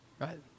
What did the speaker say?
right